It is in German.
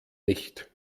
nicht